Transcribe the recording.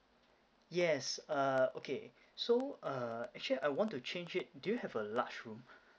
yes uh okay so uh actually I want to change it do you have a large room